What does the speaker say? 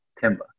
timber